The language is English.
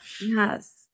Yes